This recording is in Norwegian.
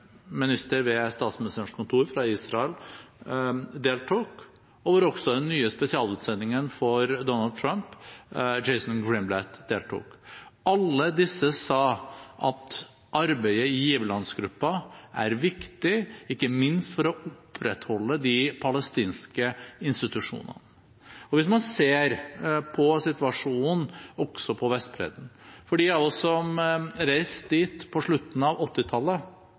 minister ved statsministerens kontor i Israel deltok, og hvor også den nye spesialutsendingen for Donald Trump, Jason Greenblatt, deltok. Alle disse sa at arbeidet i giverlandsgruppen er viktig, ikke minst for å opprettholde de palestinske institusjonene. Og hvis man ser på situasjonen også på Vestbredden: De av oss som reiste dit på slutten av